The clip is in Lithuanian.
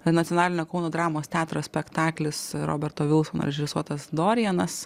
nacionalinio kauno dramos teatro spektaklis roberto vilsono režisuotas dorianas